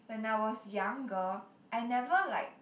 when I was younger I never like